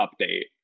update